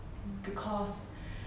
because